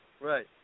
Right